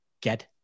get